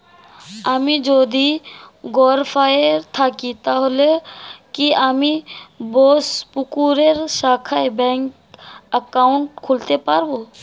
আমি যদি গরফায়ে থাকি তাহলে কি আমি বোসপুকুরের শাখায় ব্যঙ্ক একাউন্ট খুলতে পারবো?